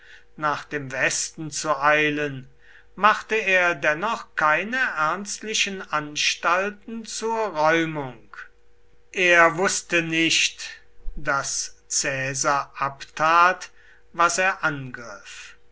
nach dem westen zu eilen machte er dennoch keine ernstlichen anstalten zur räumung er wußte nicht daß caesar abtat was er angriff